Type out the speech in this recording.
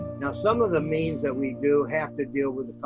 now some of the means that we do have to deal with